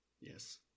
Yes